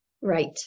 Right